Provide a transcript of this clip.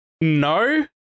No